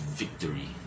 victory